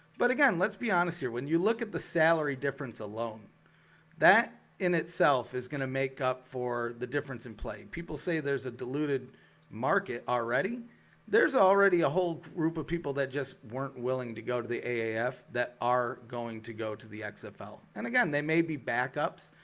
but again, let's be honest here when you look at the salary difference alone that in itself is gonna make up for the difference in play people say there's a diluted market already there's already a whole group of people that just weren't willing to go to the aaf that are going to go to the xfl and again, they may be backups.